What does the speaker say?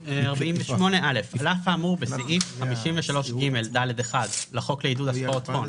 על אף האמור בסעיף 53ג(ד1) לחוק לעידוד השקעות הון,